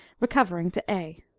recovering to a.